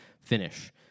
finish